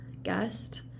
guest